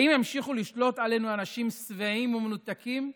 האם ימשיכו לשלוט עלינו אנשים שבעים ומנותקים,